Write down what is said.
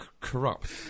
Corrupt